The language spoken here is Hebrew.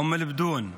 אום אל-בדון,